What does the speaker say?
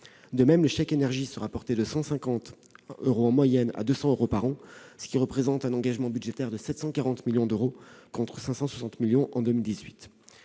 De même, le chèque énergie sera porté de 150 euros en moyenne à 200 euros par an, ce qui représente un engagement budgétaire de 740 millions d'euros, contre 560 millions d'euros